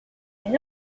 elle